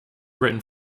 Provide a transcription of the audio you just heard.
written